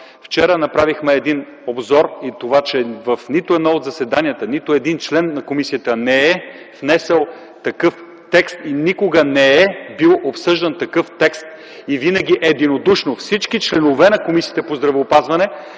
Вчера направихме един обзор и това, че в нито едно от заседанията, нито един член на комисията не е внесъл такъв текст и никога не е бил обсъждан такъв текст и винаги единодушно всички членове на Комисията по здравеопазване